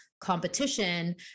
competition